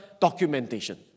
documentation